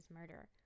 murder